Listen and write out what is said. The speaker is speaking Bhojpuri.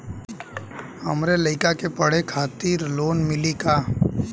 हमरे लयिका के पढ़े खातिर लोन मिलि का?